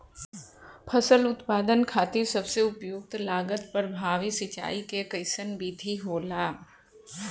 फसल उत्पादन खातिर सबसे उपयुक्त लागत प्रभावी सिंचाई के कइसन विधि होला?